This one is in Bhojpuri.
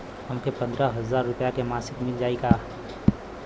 हमके पन्द्रह हजार रूपया क मासिक मिल जाई का?